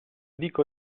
dico